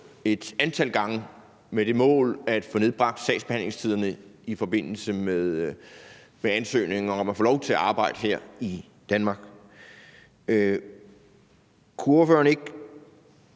et antal gange med det mål at få nedsat sagsbehandlingstiderne i forbindelse med ansøgninger om at få lov til at arbejde her i Danmark. Kunne ordføreren ikke